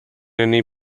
any